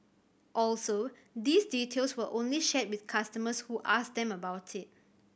also these details were only shared with customers who asked them about it